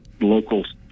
locals